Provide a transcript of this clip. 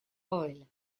oil